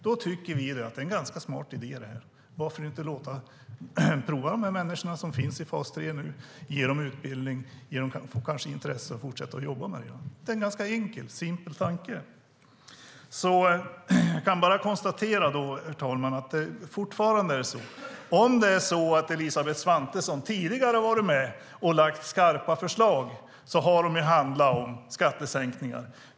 Då tycker vi att det är en ganska smart idé: Varför inte prova de människor som nu finns i fas 3, ge dem utbildning och kanske intresse att fortsätta jobba med det? Det är en ganska enkel och simpel tanke. Herr talman! När Elisabeth Svantesson tidigare har varit med och lagt fram skarpa förslag har de handlat om skattesänkningar.